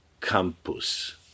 campus